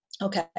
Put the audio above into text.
Okay